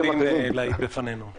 נותנים לו קנס.